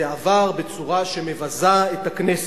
זה עבר בצורה שמבזה את הכנסת,